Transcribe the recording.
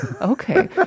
Okay